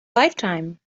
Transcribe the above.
lifetime